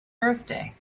birthday